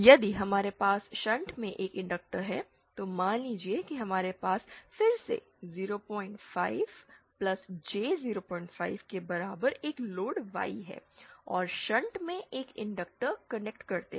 यदि हमारे पास शंट में एक इंडक्टर है तो मान लीजिए कि हमारे पास फिर से 05 j05 के बराबर एक लोड Y है और शंट में एक इंडक्टर कनेक्ट करते हैं